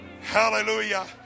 Hallelujah